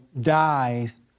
dies